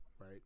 right